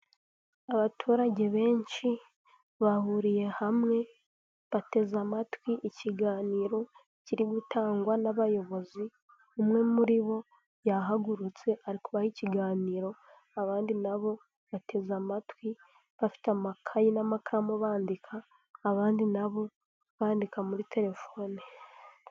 Abaturage benshi bahuriye hamwe bateze amatwi ikiganiro kiri gutangwa n'abayobozi, umwe muri bo yahagurutse ari kubaha ikiganiro abandi nabo bateze amatwi bafite amakayi n'amakamu bandika abandi nabo bandika muri terefone.